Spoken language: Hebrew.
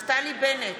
נפתלי בנט,